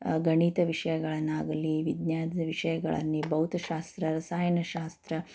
ಗಣಿತ ವಿಷಯಗಳನ್ನಾಗಲಿ ವಿಜ್ಞಾನದ ವಿಷಯಗಳನ್ನ ಭೌತಶಾಸ್ತ್ರ ರಸಾಯನಶಾಸ್ತ್ರ